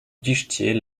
guichetier